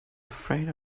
afraid